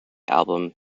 album